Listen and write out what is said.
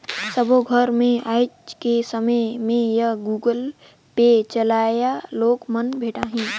सबो घर मे आएज के समय में ये गुगल पे चलोइया लोग मन भेंटाहि